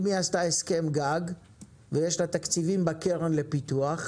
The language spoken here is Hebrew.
אם היא עשתה הסכם גג ויש לה תקציבים בקרן לפיתוח,